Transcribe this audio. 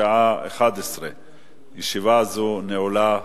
בשעה 11:00. ישיבה זאת נעולה.